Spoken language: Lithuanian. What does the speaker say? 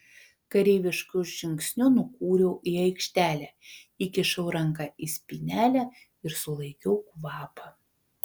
kareivišku žingsniu nukūriau į aikštelę įkišau raktą į spynelę ir sulaikiau kvapą